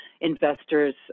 investors